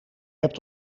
hebt